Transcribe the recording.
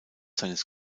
seines